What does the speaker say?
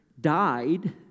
died